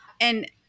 and-